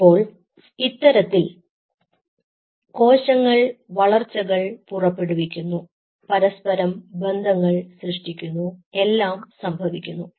ഇപ്പോൾ ഇത്തരത്തിൽ കോശങ്ങൾ വളർച്ചകൾ പുറപ്പെടുവിക്കുന്നു പരസ്പരം ബന്ധങ്ങൾ സൃഷ്ടിക്കുന്നു എല്ലാം സംഭവിക്കുന്നു